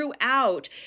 throughout